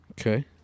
Okay